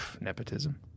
Nepotism